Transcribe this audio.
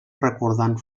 recordant